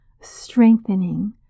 strengthening